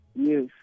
yes